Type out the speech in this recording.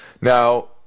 Now